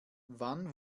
wann